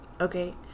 Okay